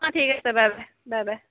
অঁ ঠিক আছে বাই বাই বাই বাই